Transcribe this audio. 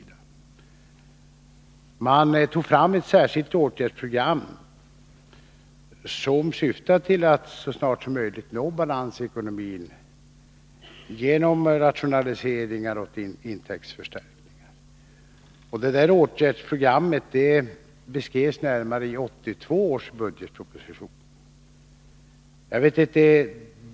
Det togs fram ett särskilt åtgärdsprogram som syftade till att så snart som möjligt nå balans i ekonomin genom rationalisering och intäktsförstärkningar. Det åtgärdsprogrammet beskrevs närmare i 1982 års budgetproposition.